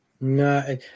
No